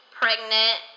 pregnant